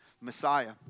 Messiah